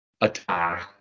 attack